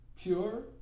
Pure